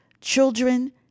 children